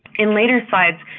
in later slides,